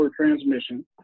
transmission